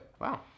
Wow